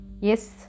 yes